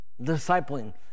discipling